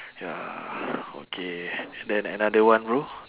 ya okay and then another one bro